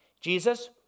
Jesus